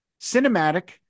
cinematic